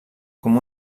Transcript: com